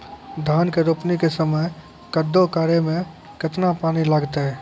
धान के रोपणी के समय कदौ करै मे केतना पानी लागतै?